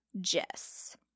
jess